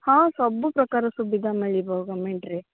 ହଁ ସବୁ ପ୍ରକାର ସୁବିଧା ମିଳିବ ଗମେଣ୍ଟ୍ରେ